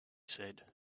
said